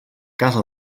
casa